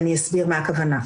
ואסביר מה הכוונה.